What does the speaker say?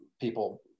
people